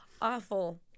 awful